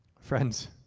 friends